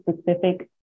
specific